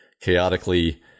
chaotically